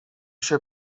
się